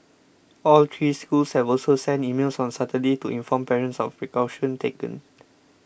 all three schools have also sent emails on Saturday to inform parents of precautions taken